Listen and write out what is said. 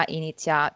inizia